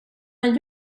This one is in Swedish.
man